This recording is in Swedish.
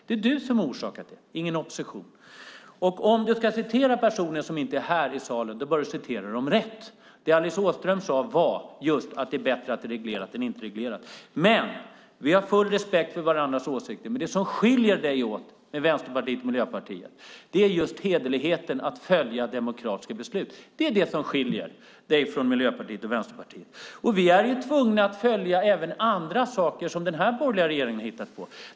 Det är du som har orsakat det, inte oppositionen. Om du ska citera personer som inte är här bör du citera dem rätt, Beatrice Ask. Det Alice Åström sade var att det är bättre att det är reglerat än inte reglerat. Vi har full respekt för varandras åsikter. Det som skiljer dig, Beatrice Ask, och Vänsterpartiet och Miljöpartiet åt är hederligheten att följa demokratiska beslut. Vi är tvungna att följa annat som den borgerliga regeringen har hittat på.